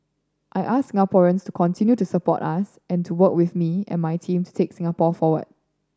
I ask Singaporeans to continue to support us and to work with me and my team to take Singapore forward